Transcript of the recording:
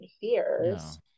fears